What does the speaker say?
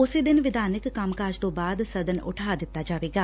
ਉਸੇ ਦਿਨ ਵਿਧਾਨਕ ਕੰਮ ਕਾਜ ਤੋਂ ਬਾਅਦ ਸਦਨ ਉਠਾ ਦਿੱਤਾ ਜਾਵੇਗਾ